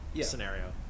scenario